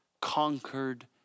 conquered